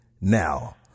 Now